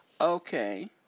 Okay